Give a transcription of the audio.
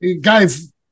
guys